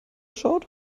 schaut